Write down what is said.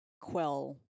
quell